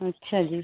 अच्छा जी